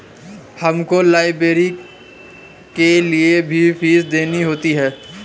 हमको लाइब्रेरी के लिए भी फीस देनी होती है